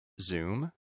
zoom